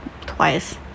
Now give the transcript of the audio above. twice